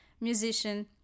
musician